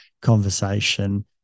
conversation